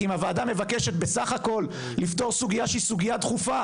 כי אם הוועדה מבקשת בסך הכול לפתור סוגייה שהיא סוגייה דחופה.